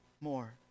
more